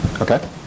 Okay